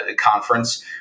Conference